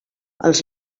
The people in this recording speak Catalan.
els